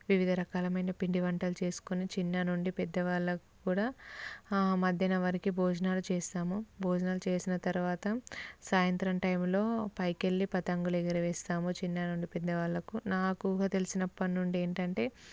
వివిధ రకాలయిన పిండి వంటలు చేసుకొని చిన్న నుండి పెద్దవాళ్ళకు కూడా మధ్యాహ్నం వరకు భోజనాలు చేస్తాము భోజనాలు చేసిన తర్వాత సాయంత్రం టైంలో పైకి వెళ్ళి పతంగులు ఎగరవేస్తాము చిన్న నుండి పెద్ద వాళ్ళకు నాకు ఊహ తెలిసినప్పటి నుండి ఏంటంటే